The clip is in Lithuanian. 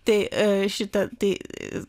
tai šita tai